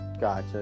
Gotcha